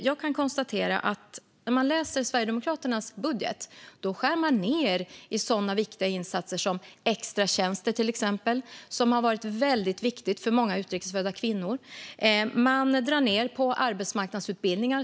Man kan konstatera när man läser Sverigedemokraternas budget att de skär ned på viktiga insatser som extratjänster, som varit väldigt viktiga för många utrikesfödda kvinnor, och drar ned på arbetsmarknadsutbildningar.